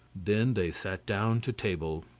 then they sat down to table.